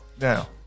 Now